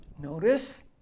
notice